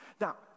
Now